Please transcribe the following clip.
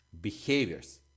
behaviors